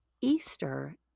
Easter